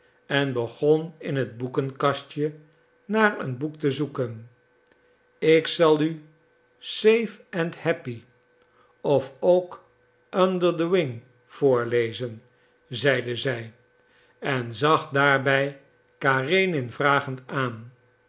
en begon in het boekenkastje naar een boek te zoeken ik zal u save and happy of ook under the wing voorlezen zeide zij en zag daarbij karenin vragend aan